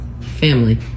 Family